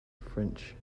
french